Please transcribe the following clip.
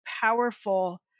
powerful